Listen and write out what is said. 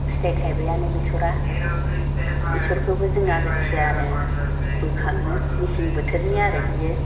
फिथाइ थाइबायानो बेसरा बेसरखौबो जों आगोथियानो बोखाङो मेसें बोथोरनि आरो बियो